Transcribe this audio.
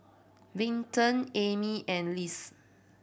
Vinton Emmy and Liz